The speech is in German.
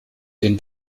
den